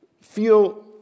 feel